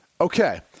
Okay